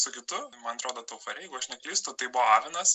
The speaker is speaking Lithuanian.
su kitu man atrodo tofareigu aš neklystu tai buvo avinas